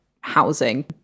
housing